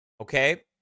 okay